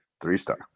Three-star